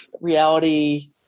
reality